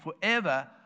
forever